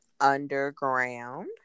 underground